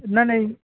ନା ନାହିଁ